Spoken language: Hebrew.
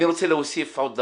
אני רוצה להוסיף עוד דבר.